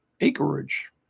acreage